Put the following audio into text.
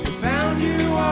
found you